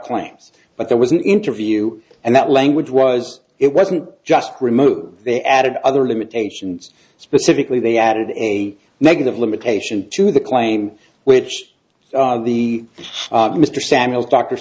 claims but there was an interview and that language was it wasn't just removed they added other limitations specifically they added a negative limitation to the claim which the mr samuel dr